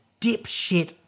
dipshit